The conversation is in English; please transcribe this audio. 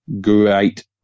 great